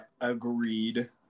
agreed